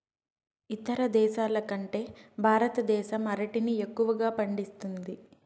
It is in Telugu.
ఇతర దేశాల కంటే భారతదేశం అరటిని ఎక్కువగా పండిస్తుంది